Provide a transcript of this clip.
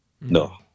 No